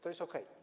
To jest okej.